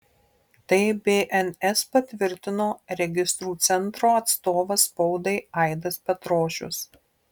tai bns patvirtino registrų centro atstovas spaudai aidas petrošius